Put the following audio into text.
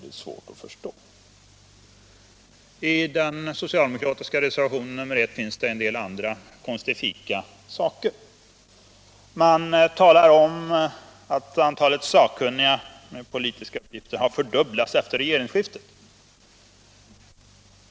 I den socialdemokratiska reservationen 1 finns det en del andra konstifika saker. Reservanterna talar om att antalet sakkunniga med politiska uppgifter har fördubblats efter regeringsskiftet.